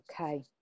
okay